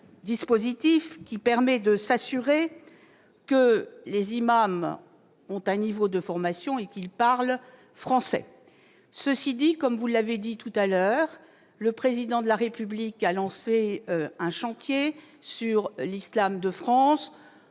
Ce dispositif permet de s'assurer que les imams ont un certain niveau de formation et qu'ils parlent français. Cela dit, comme vous l'avez indiqué, le Président de la République a lancé un chantier sur l'islam de France.